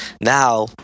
Now